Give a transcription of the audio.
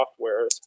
softwares